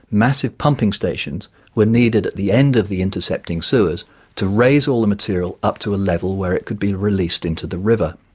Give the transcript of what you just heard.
massive pumping stations were needed at the end of the intercepting sewers to raise all the material up to a level where it could be released into the river.